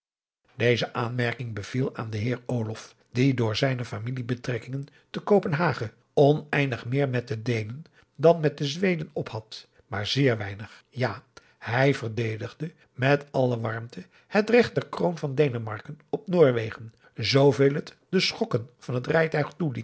deze aanmerking beviel aan den heer olof die door zijne familiebetrekkingen te kopenhagen oneindig meer met de deenen dan met de zweden op had maar zeer weinig ja hij verdedigde met alle warmte het regt der kroon van denemarken op noorwegen zooveel het de schokken van het rijtuig toelieten